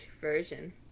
version